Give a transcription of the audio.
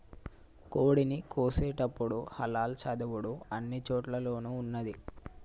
కోడిని కోసేటపుడు హలాల్ చదువుడు అన్ని చోటుల్లోనూ ఉన్నాది